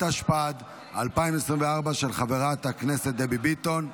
התשפ"ד 2024, של חברת הכנסת דבי ביטון.